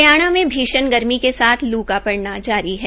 हरियाणा में भीष्ण गर्मी के साथ लू का पड़ना जारी है